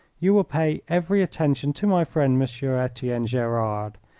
you will pay every attention to my friend, monsieur etienne gerard,